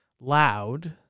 loud